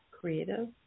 creative